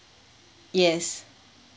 yes